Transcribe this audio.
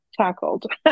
tackled